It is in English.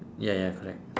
ya ya correct